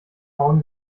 hauen